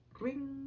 Ring